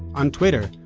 on twitter,